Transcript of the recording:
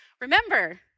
remember